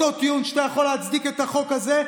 בטיעון שאיתו אתה יכול להצדיק את החוק הזה,